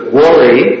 worry